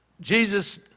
Jesus